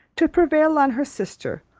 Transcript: to prevail on her sister,